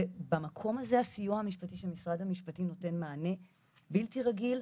ובמקום הזה הסיוע המשפטי שמשרד המשפטים נותן מענה בלתי רגיל,